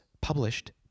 published